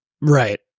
right